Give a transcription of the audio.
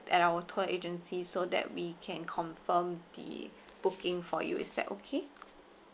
at our tour agency so that we can confirm the booking for you is that okay